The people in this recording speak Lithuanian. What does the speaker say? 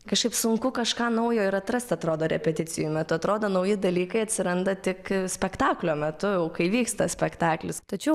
kažkaip sunku kažką naujo ir atrast atrodo repeticijų metu atrodo nauji dalykai atsiranda tik spektaklio metu jau kai vyksta spektaklis tačiau